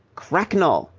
cracknell,